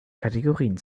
kategorien